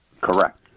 Correct